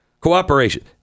Cooperation